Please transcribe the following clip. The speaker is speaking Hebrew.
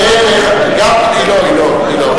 היא לא, היא לא.